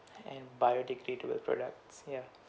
and biodegradable products ya